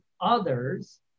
others